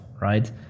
right